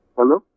Hello